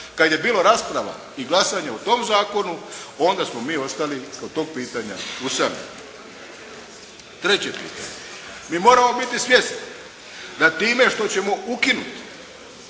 kad je bila rasprava i glasanje o tom zakonu onda smo mi ostali kod pitanja usamljeni. Treće pitanje. Mi moramo biti svjesni da time što ćemo ukinuti